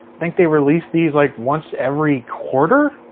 think they released these like once every quarter?